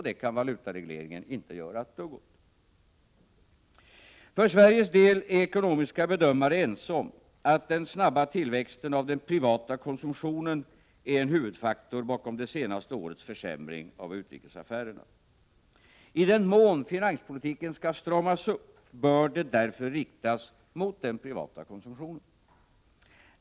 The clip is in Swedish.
Det kan valutaregleringen inte göra ett dugg åt. För Sveriges del är ekonomiska bedömare ense om att den snabba tillväxten av den privata konsumtionen är en huvudfaktor bakom det senaste årets försämring av utrikesaffärerna. I den mån finanspolitiken skall stramas åt, bör det därför riktas mot den privata konsumtionen.